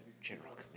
General